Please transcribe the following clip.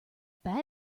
bad